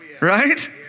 right